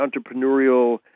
entrepreneurial